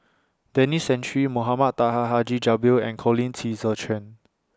Denis Santry Mohamed Taha Haji Jamil and Colin Qi Zhe Quan